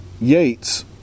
Yates